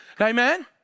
amen